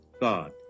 God